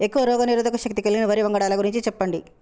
ఎక్కువ రోగనిరోధక శక్తి కలిగిన వరి వంగడాల గురించి చెప్పండి?